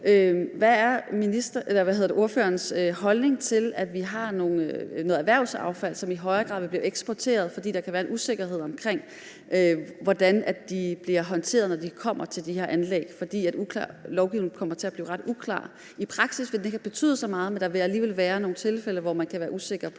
Hvad er ordførerens holdning til, at vi har noget erhvervsaffald, som i højere grad vil blive eksporteret, fordi der kan være en usikkerhed omkring, hvordan det bliver håndteret, når det kommer til de her anlæg, altså fordi lovgivningen kommer til at blive ret uklar. I praksis vil det ikke betyde så meget, men der vil alligevel være nogle tilfælde, hvor man kan være usikker på,